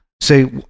say